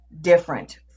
different